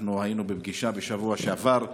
היינו בפגישה בשבוע שעבר,